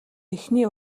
эхний